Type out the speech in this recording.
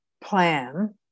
plan